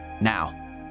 Now